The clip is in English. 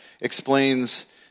explains